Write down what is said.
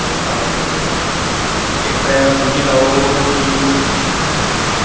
तुस पानी इक्क टाईप दा समझी लैओ की